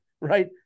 Right